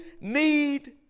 need